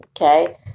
okay